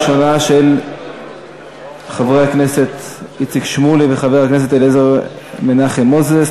של חבר הכנסת איציק שמולי וחבר הכנסת אליעזר מנחם מוזס,